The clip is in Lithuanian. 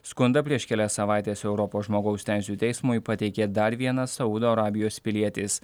skundą prieš kelias savaites europos žmogaus teisių teismui pateikė dar vienas saudo arabijos pilietis